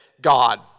God